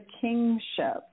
kingship